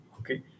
Okay